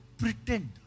pretend